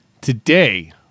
Today